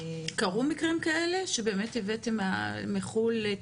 קרו מקרים כאלה שבאמת הבאתם מחו"ל?